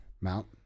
Mount